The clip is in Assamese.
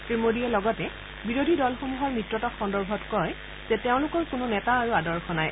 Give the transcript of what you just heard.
শ্ৰী মোদীয়ে লগতে বিৰোধী দলসমূহৰ মিত্ৰতা সন্দৰ্ভত কয় যে তেওঁলোকৰ কোনো নেতা আৰু আদৰ্শ নাই